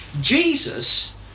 Jesus